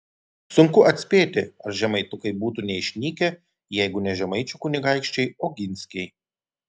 sunku atspėti ar žemaitukai būtų neišnykę jeigu ne žemaičių kunigaikščiai oginskiai